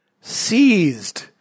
seized